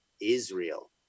Israel